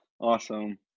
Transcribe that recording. Awesome